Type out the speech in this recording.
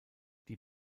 die